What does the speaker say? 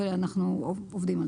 אנחנו עובדים על